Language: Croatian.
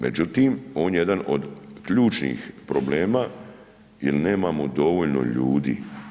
Međutim on je jedan od ključnih problema jer nemamo dovoljno ljudi.